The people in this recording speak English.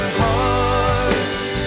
hearts